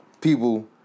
people